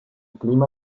clima